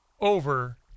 over